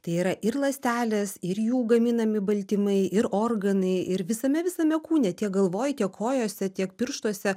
tai yra ir ląstelės ir jų gaminami baltymai ir organai ir visame visame kūne tiek galvoj tiek kojose tiek pirštuose